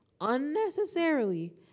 unnecessarily